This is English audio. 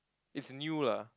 it's new lah